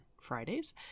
Fridays